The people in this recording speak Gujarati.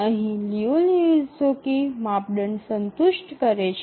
અહીં લિયુ લેહોકસ્કી માપદંડ સંતુષ્ટ કરે છે